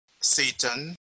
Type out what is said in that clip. Satan